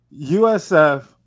USF